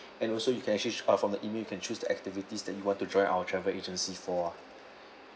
and also you can actually uh from the email you can choose the activities that you want to join our travel agency for